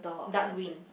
dark green